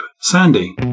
sandy